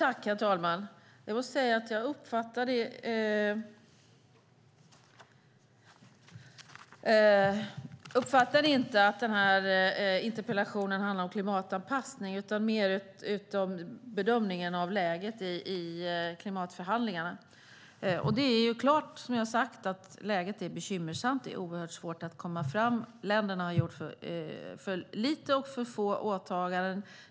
Herr talman! Jag måste säga att jag inte uppfattade att interpellationen handlade om klimatanpassningen, utan mer om bedömningen av läget i klimatförhandlingarna. Det är klart att läget är bekymmersamt, som jag har sagt. Det är oerhört svårt att komma fram. Länderna har gjort för lite, och det är för få åtaganden.